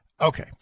Okay